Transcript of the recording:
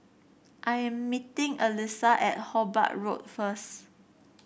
I am meeting Elyssa at Hobart Road first